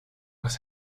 was